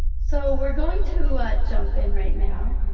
so we are going to jump in right now.